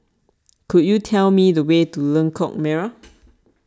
could you tell me the way to Lengkok Merak